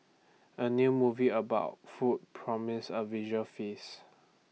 A new movie about food promises A visual feast